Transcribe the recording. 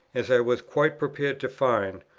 as i was quite prepared to find,